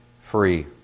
Free